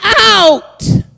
out